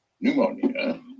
pneumonia